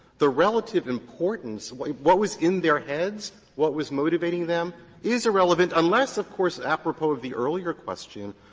the relative importance what what was in their heads, what was motivating them is irrelevant, unless of course apropos of the earlier question,